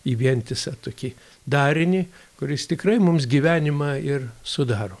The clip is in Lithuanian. į vientisą tokį darinį kuris tikrai mums gyvenimą ir sudaro